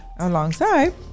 Alongside